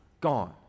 Gone